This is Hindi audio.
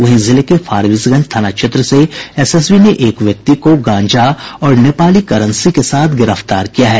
वहीं जिले के फारबिसगंज थाना क्षेत्र से एसएसबी ने एक व्यक्ति को गांजा और नेपाली करेंसी के साथ गिरफ्तार किया है